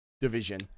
division